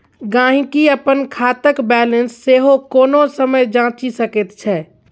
गहिंकी अपन खातक बैलेंस सेहो कोनो समय जांचि सकैत छै